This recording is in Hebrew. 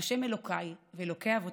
ה' אלוקיי ואלוקי אבותיי,